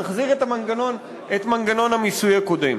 נחזיר את מנגנון המיסוי הקודם.